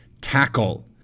tackle